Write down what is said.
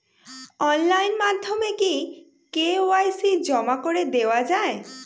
Online মাধ্যমে কি KYC জমা করে দেওয়া য়ায়?